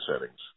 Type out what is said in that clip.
settings